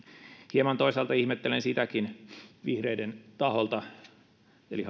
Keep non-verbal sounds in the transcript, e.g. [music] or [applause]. hieman toisaalta ihmettelen sitäkin vihreiden taholta eli [unintelligible]